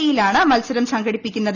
E യിലാണ് മത്സരം സംഘടിപ്പിക്കുന്നത്